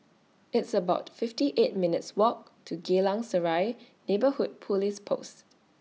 It's about fifty eight minutes' Walk to Geylang Serai Neighbourhood Police Post